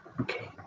Okay